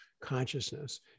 consciousness